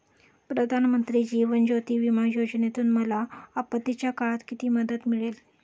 प्रधानमंत्री जीवन ज्योती विमा योजनेतून मला आपत्तीच्या काळात किती मदत मिळेल?